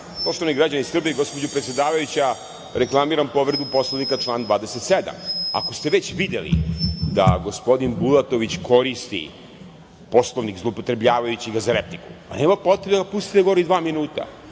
Poštovani građani Srbije i gospođo predsedavajuća, reklamiram povredu Poslovnika član 27.Ako ste već videli da gospodin Bulatović koristi Poslovnik zloupotrebljavajući ga za repliku, nema potrebe da ga pustite da govori dva minuta,